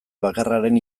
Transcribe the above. bakarraren